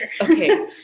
Okay